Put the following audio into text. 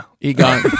Egon